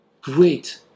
great